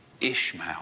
Ishmael